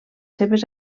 seves